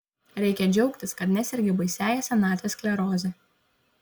reikia džiaugtis kad nesergi baisiąja senatvės skleroze